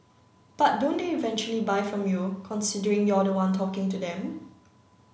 but don't they eventually buy from you considering you're the one talking to them